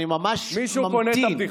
אני ממש ממתין.